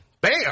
Bam